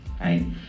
right